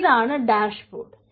ഇതാണ് ഡാഷ്ബോർഡ്